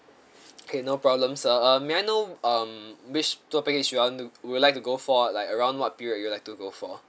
okay no problem sir um may I know um which tour package you want to would like to go for like around what period you would like to go for